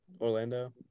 Orlando